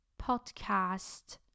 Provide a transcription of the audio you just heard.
podcast